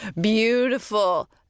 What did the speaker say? beautiful